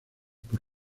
por